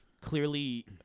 clearly